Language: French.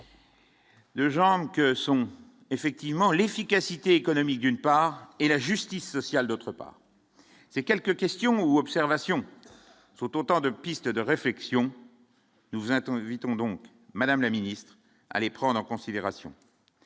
Le Genk que sont effectivement l'efficacité économique d'une part et la justice sociale, d'autre part, ces quelques questions observations faut autant de pistes de réflexion nous attend 8 ont donc Madame la Ministre, allez prendre en considération